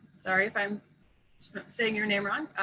sorry if i'm saying your name wrong.